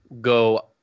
go